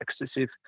excessive